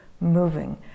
moving